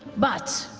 but,